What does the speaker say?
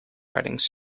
writings